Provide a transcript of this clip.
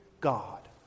God